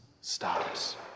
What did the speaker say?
stops